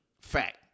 fact